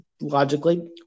logically